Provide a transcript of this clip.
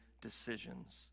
decisions